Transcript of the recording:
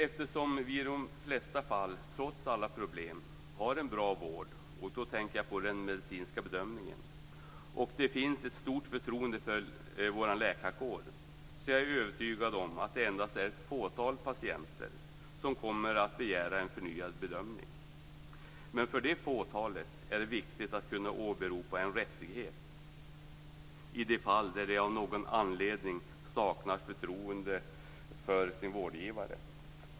Eftersom vi i de flesta fall, trots alla problem, har en bra vård - jag tänker på den medicinska bedömningen - och det finns ett stort förtroende för läkarkåren är vi övertygade om att det endast är ett fåtal patienter som kommer att begära en förnyad bedömning. Men för det fåtalet är det viktigt att kunna åberopa en rättighet i de fall där det av någon anledning saknas förtroende för vårdgivaren.